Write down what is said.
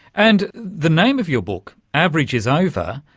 and the name of your book, average is over,